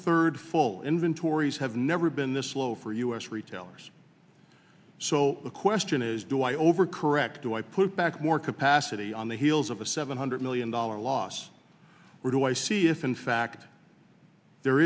third full inventories have never been this low for u s retailers so the question is do i overcorrect do i put back more capacity on the heels of a seven hundred million dollar loss or do i see if in fact there